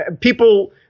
people